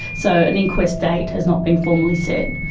so an inquest date has not been formally set.